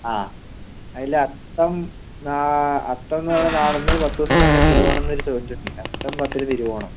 ആ അതിൽ അത്തം നാ അത്തം എന്ന് പറയുന്ന നാളിന് പത്ത് ദിവസം കഴിഞ്ഞാൽ തിരുവോണം എന്നൊരു ചൊല്ലുണ്ട് അത്തം പത്തിന് തിരുവോണം